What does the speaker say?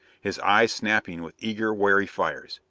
his eyes snapping with eager, wary fires.